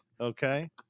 Okay